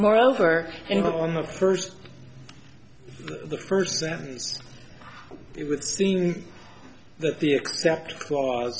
moreover and on the first the first sentence it would seem that the